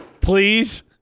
Please